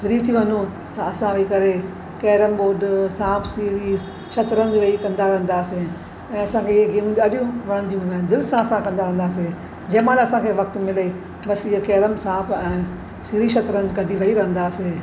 free थी वञू त असां वेही करे कैरम बोर्ड सांप सीढ़ी शतरंज वेही कंदा रहंदा हुआसीं ऐं असांखे हीअ गेमूं ॾाढियुं वणंदियूं हुइयूं ऐं दिलि सां असां कंदा हूंदासीं जंहिं महिल असांखे वक़्तु मिले बसि हीअ कैरम सांप ऐं सीढ़ी शतरंज कढी वेही रहंदासीं